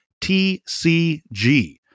TCG